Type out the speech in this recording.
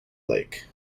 lake